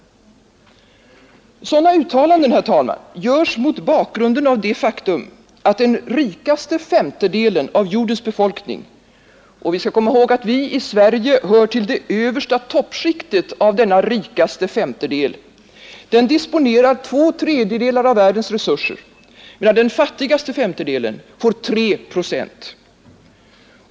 Sådana uttalanden, herr talman, görs mot bakgrunden av det faktum att den rikaste femtedelen av jordens befolkning — och vi skall komma ihåg att vi i Sverige hör till det översta toppskiktet av denna femtedel — disponerar två tredjedelar av världens resurser, medan den fattigaste femtedelen får 3 procent.